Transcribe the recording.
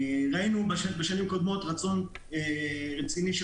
ראינו בשנים קודמות רצון רציני של